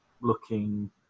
looking